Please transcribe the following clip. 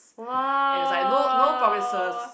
!wow!